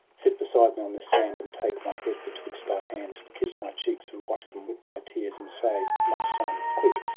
sit beside me on this sand, and take my head betwixt thy hands, and kiss my cheeks. and wash them with thy tears, and say my son! quick!